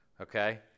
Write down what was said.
okay